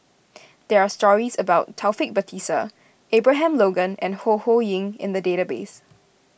there are stories about Taufik Batisah Abraham Logan and Ho Ho Ying in the database